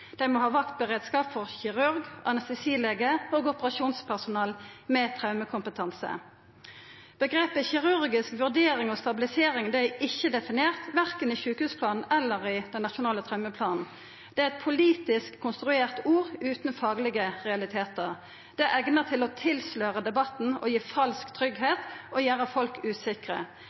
Dei må ha vaktberedskap for kirurg, anestesilege og operasjonspersonell med traumekompetanse. Uttrykket «kirurgisk vurdering og stabilisering» er ikkje definert, verken i sjukehusplanen eller i den nasjonale traumeplanen. Det er eit politisk konstruert ord, utan faglege realitetar. Det er eigna til å tilsløra debatten, gi falsk tryggleik og gjera folk usikre